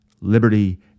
liberty